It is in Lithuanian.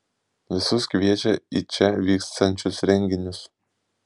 visus kviečia į čia vyksiančius renginius